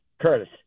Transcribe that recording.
Curtis